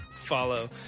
follow